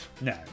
No